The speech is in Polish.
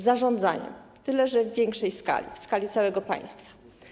Zarządzaniem, tyle że w większej skali, w skali całego państwa.